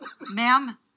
Ma'am